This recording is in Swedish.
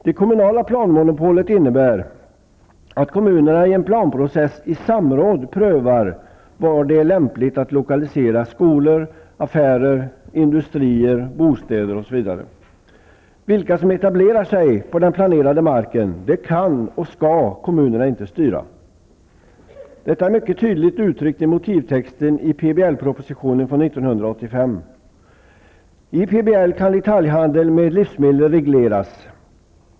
Det kommunala planmonopolet innebär att kommunerna i en planprocess i samråd prövar var det är lämpligt att lokalisera skolor, affärer, industrier, bostäder osv. Vilka som etablerar sig på den planerade marken kan och skall inte kommunerna styra. Detta är mycket klart uttryckt i motivtexten i PBL I PBL kan detaljhandel med livsmedel regleras.